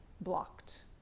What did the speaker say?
blocked